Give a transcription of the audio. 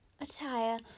attire